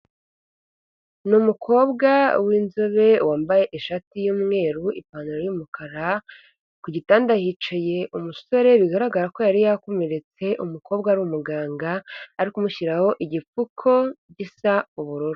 Ni umukobwa w'inzobe wambaye ishati y'umweru, ipantaro y'umukara ku gitanda hicaye umusore bigaragara ko yari yakomeretse umukobwa ari umuganga, ari kumushyiraho igipfuko gisa ubururu.